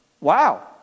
Wow